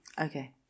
Okay